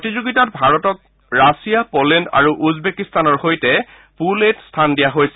প্ৰতিযোগিতাত ভাৰতক Russia Poland আৰু উচবেকিস্তানৰ সৈতে পুল এ ত স্থান দিয়া হৈছে